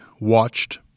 watched